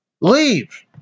Leave